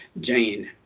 Jane